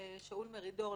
שאול מרידור,